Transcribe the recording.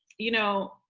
you know,